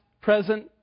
present